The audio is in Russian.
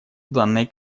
данной